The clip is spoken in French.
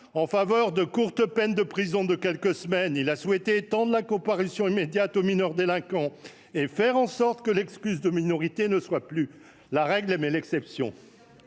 Favorable à de courtes peines de prison de quelques semaines, il a souhaité étendre la comparution immédiate aux mineurs délinquants et faire en sorte que l’excuse de minorité soit non plus la règle, mais l’exception.